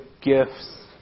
gifts